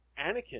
Anakin